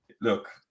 Look